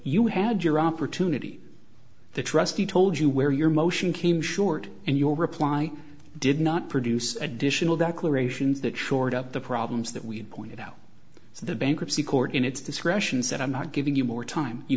you had your opportunity the trustee told you where your motion came short and your reply did not produce additional declarations that shored up the problems that we had pointed out so the bankruptcy court in its discretion said i'm not giving you more time you